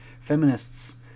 Feminists